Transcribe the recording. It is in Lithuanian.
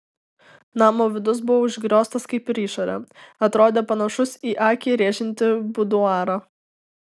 namo vidus buvo užgrioztas kaip ir išorė atrodė panašus į akį rėžiantį buduarą